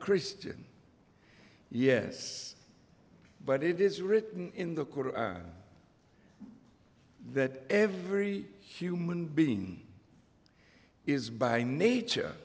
christian yes but it is written in the course that every human being is by nature